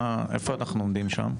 איפה אנחנו עומדים שם?